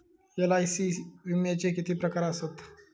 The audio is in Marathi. एल.आय.सी विम्याचे किती प्रकार आसत?